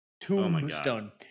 Tombstone